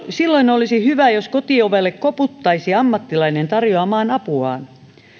silloin olisi hyvä jos kotiovelle koputtaisi ammattilainen tarjoamaan apuaan